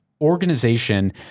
organization